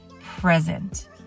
present